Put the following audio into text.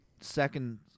second